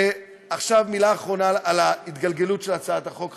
עכשיו מילה אחרונה על ההתגלגלות של הצעת החוק,